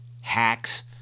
hacks